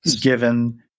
given